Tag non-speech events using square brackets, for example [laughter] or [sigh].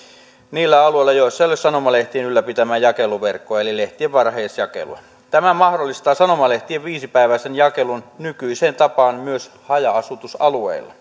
niillä alueilla joilla ei ole sanomalehtien ylläpitämää jakeluverkkoa eli lehtien varhaisjakelua tämä mahdollistaa sanomalehtien viisipäiväisen jakelun nykyiseen tapaan myös haja asutusalueilla [unintelligible]